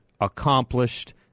accomplished